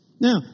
Now